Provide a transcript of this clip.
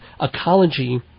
ecology